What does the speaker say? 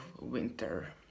winter